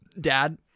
dad